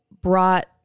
brought